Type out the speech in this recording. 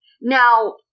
Now